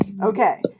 Okay